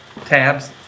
Tabs